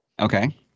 Okay